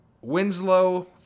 Winslow